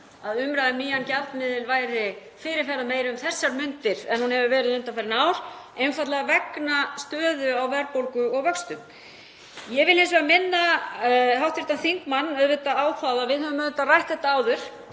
að umræða um nýjan gjaldmiðil væri fyrirferðarmeiri um þessar mundir en hún hefur verið undanfarin ár, einfaldlega vegna stöðu á verðbólgu og vöxtum. Ég vil hins vegar minna hv. þingmann á það að við höfum auðvitað rætt þetta áður